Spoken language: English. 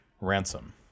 Ransom